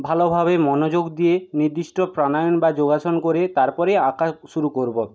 ভালোভাবে মনোযোগ দিয়ে নির্দিষ্ট প্রাণায়াম বা যোগাসন করে তারপরেই আঁকা শুরু করব